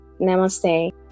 Namaste